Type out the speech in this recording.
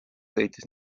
sõitis